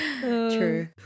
true